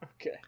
Okay